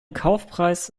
kaufpreis